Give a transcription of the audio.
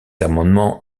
amendements